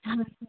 हाँ सर